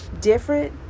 Different